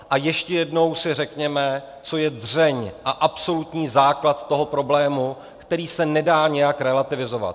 A ještě jednou si řekněme, co je dřeň a absolutní základ toho problému, který se nedá nijak relativizovat.